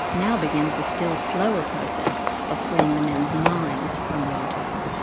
now begins the still slower process of freeing the men's minds from the ordeal.